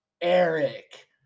Eric